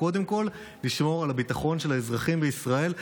קודם כול לשמור על הביטחון של האזרחים בישראל.